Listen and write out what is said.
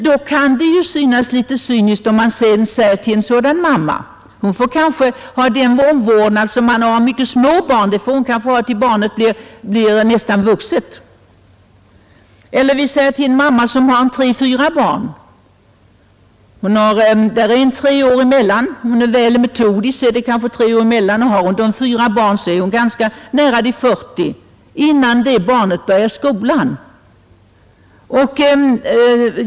Då kan det verka litet cyniskt om man sedan säger till en sådan mamma — omvårdnad som man eljest endast ger åt mycket små barn får hon kanske ge tills barnet blir nästan vuxet — eller till en mamma som har tre eller fyra barn med kanske tre års mellanrum och kommer ut igen i arbetslivet vid 40-årsåldern innan det sista barnet börjat skolan, att detta är en enkel sak för henne.